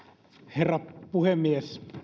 herra puhemies